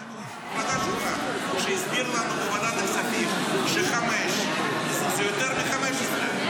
--- שהסביר לנו בוועדת הכספים שחמש זה יותר מ-15.